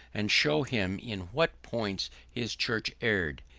and shew him in what points his church erred.